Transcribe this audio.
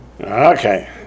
Okay